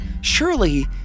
Surely